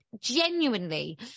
genuinely